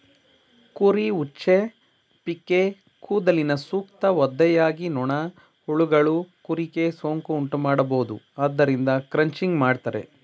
ಕುರಿ ಉಚ್ಚೆ, ಪಿಕ್ಕೇ ಕೂದಲಿನ ಸೂಕ್ತ ಒದ್ದೆಯಾಗಿ ನೊಣ, ಹುಳಗಳು ಕುರಿಗೆ ಸೋಂಕು ಉಂಟುಮಾಡಬೋದು ಆದ್ದರಿಂದ ಕ್ರಚಿಂಗ್ ಮಾಡ್ತರೆ